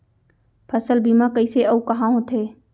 फसल बीमा कइसे अऊ कहाँ होथे?